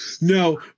No